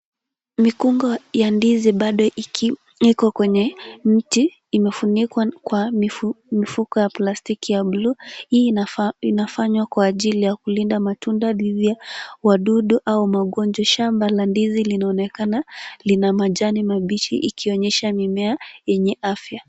Mikunga ya ndizi bado iko kwenye mti, imefunikwa kwa mifuko ya plastiki ya bluu, hii inafanywa kwa ajili ya kulinda matunda dhidi ya wadudu au magonjwa. Shamba la ndizi linaonekana lina majani mabichi ikionyesha mimea yenye afya.